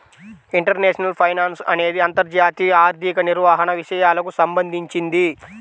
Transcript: international finance అనేది అంతర్జాతీయ ఆర్థిక నిర్వహణ విషయాలకు సంబంధించింది